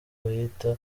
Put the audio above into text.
bayita